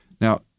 Now